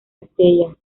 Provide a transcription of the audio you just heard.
estella